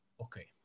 okay